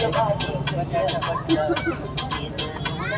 ಹಿಂಗಾರಿನ್ಯಾಗ ಯಾವ ತಿಂಗ್ಳು ಬರ್ತಾವ ರಿ?